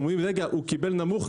אומרים: הוא קיבל נמוך?